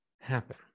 happen